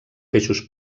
peixos